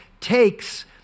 takes